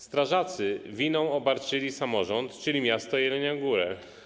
Strażacy winą obarczyli samorząd, czyli miasto Jelenią Górę.